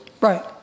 Right